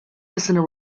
listener